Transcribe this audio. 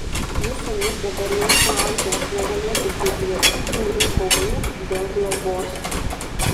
jų sūnus dabar jau suaugęs negalėtų būti jokių bjaurių kovų dėl globos